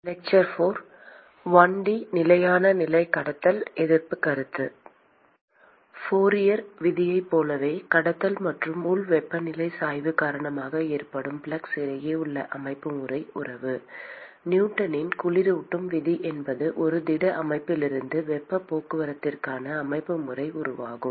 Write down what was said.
1D நிலையான நிலை கடத்தல் எதிர்ப்பு கருத்து ஃபோரியரின் விதியைப் போலவே கடத்தல் மற்றும் உள் வெப்பநிலை சாய்வு காரணமாக ஏற்படும் ஃப்ளக்ஸ் இடையே உள்ள அமைப்புமுறை உறவு நியூட்டனின் குளிரூட்டும் விதி என்பது ஒரு திட அமைப்பிலிருந்து வெப்பப் போக்குவரத்திற்கான அமைப்புமுறை உறவாகும்